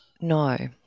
No